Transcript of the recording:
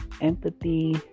empathy